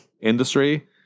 industry